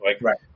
right